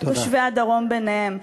ותושבי הדרום ביניהם?